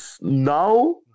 now